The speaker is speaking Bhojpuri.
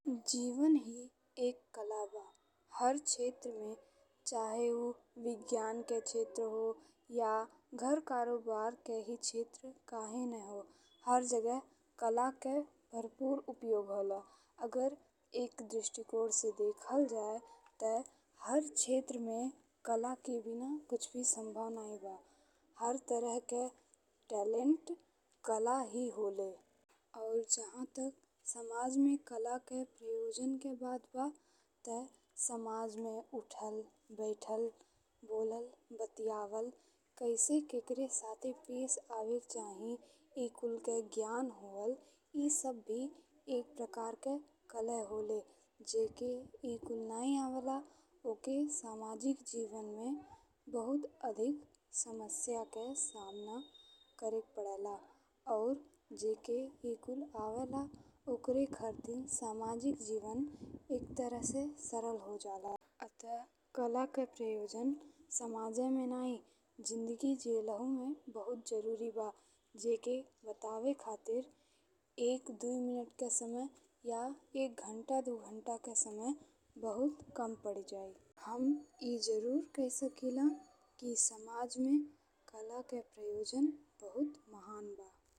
जीवन ही एक कला बा। हर क्षेत्र में चाहे उ विज्ञान के क्षेत्र हो या घर कारोबार के ही क्षेत्र काहे न हो। हर जगह कला के भरपूर उपयोग होला। अगर एक दृष्टिकोण से देखल जाए ते हर क्षेत्र में कला के बिना कुछ भी संभव नहीं बा। हर तरह के टैलेंट कला ही होले और जहाँ तक समाज में कला के प्रयोजन के बात बा ते समाज में उथल बैठल बोलाला बतियावल। कैसे केकरे साथ पेश आवे के चाही ए कुल के ज्ञान होअल ए सब भी एक प्रकार के कला होले जेक ए कुल नहीं आवेला। ओके सामाजिक जीवन में बहुत अधिक समस्या के सामना करेक पड़ेला और जेक ए कुल आवेला ओकर खातिर सामाजिक जीवन एक तरह से सरल हो जाला। अतः कला के प्रयोजन समाजे में नहीं जिंदगी जियालहु में बहुत जरूरी बा। जेक बतावे खातिर एक-दू मिनट के समय या एक घंटा-दू-घंटा के समय बहुत कम पड़ी जाई। हम ए जरूर कही सकिला कि समाज में कला के प्रयोजन बहुत महान बा।